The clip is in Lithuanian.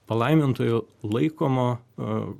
palaimintojo laikomo